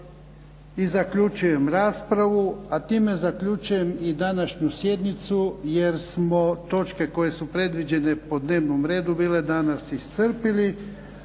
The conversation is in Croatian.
I zaključujem raspravu, a time zaključujem i današnju sjednicu jer smo točke koje su predviđene po dnevnom redu bile danas iscrpili.